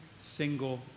single